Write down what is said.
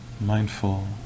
mindful